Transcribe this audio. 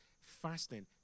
Fasting